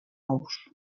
ous